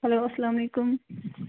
hello السلام علیکُم